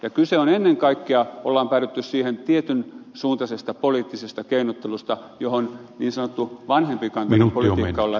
ja kyse on ennen kaikkea siitä että on päädytty siihen tietyn suuntaisesta poliittisesta keinottelusta johon niin sanottu vanhempikantainen politiikka on lähtenyt mukaan